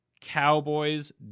Cowboys